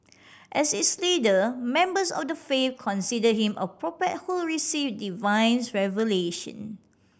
as its leader members of the faith considered him a prophet who received divines revelation